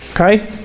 Okay